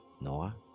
Noah